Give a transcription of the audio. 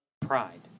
pride